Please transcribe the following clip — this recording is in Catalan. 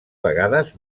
vegades